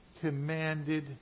Commanded